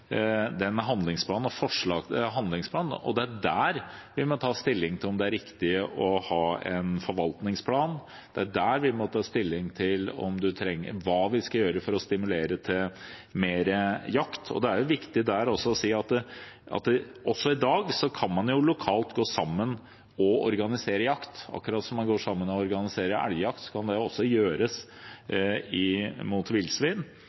handlingsplan. Det er der vi må ta stilling til om det er riktig å ha en forvaltningsplan, og det er der vi må ta stilling til hva vi skal gjøre for å stimulere til mer jakt. Det er viktig å si at også i dag kan man jo lokalt gå sammen og organisere jakt av villsvin, akkurat som man går sammen og organiserer elgjakt. Og så